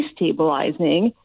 destabilizing